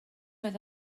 oedd